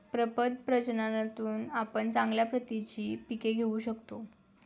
प्रपद प्रजननातून आपण चांगल्या प्रतीची पिके घेऊ शकतो